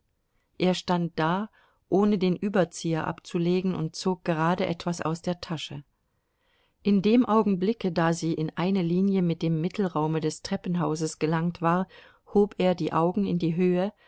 er stand da ohne den überzieher abzulegen und zog gerade etwas aus der tasche in dem augenblicke da sie in eine linie mit dem mittelraume des treppenhauses gelangt war hob er die augen in die höhe